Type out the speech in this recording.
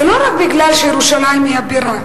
זה לא רק בגלל שירושלים היא הבירה.